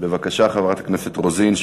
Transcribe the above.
בבקשה, חברת הכנסת רוזין.